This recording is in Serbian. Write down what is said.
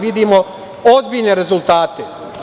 Vidimo ozbiljne rezultate.